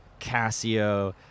Casio